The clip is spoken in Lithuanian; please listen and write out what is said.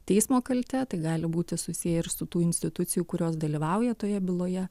teismo kalte tai gali būti susiję ir su tų institucijų kurios dalyvauja toje byloje